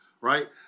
Right